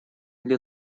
для